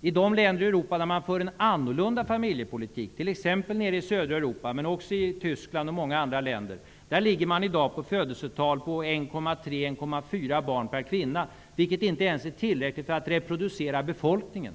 I de länder i Europa där man för en annorlunda familjepolitik, t.ex. i södra Europa men också i Tyskland och många andra länder, ligger födelsetalen i dag på 1,3--1,4 barn per kvinna. Det är inte ens tillräckligt för att reproducera befolkningen.